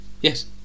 Yes